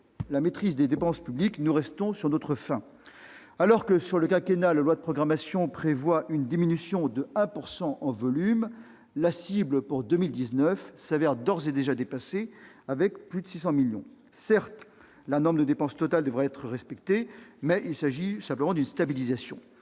la maîtrise des dépenses, nous restons sur notre faim. Alors que, sur le quinquennat, la loi de programmation des finances publiques prévoit une diminution de 1 % par an en volume, la cible pour 2019 s'avère d'ores et déjà dépassée, avec plus de 600 millions d'euros. Certes, la norme de dépenses « totales » devrait être respectée, mais il s'agit simplement d'une stabilisation.